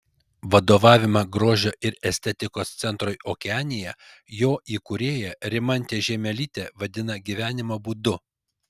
vadovavimą grožio ir estetikos centrui okeanija jo įkūrėja rimantė žiemelytė vadina gyvenimo būdu